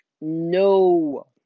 No